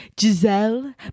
Giselle